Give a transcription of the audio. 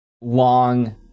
long